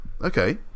Okay